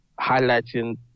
highlighting